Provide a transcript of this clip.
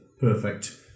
perfect